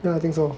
yeah I think so